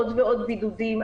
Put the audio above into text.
עוד ועוד בידודים,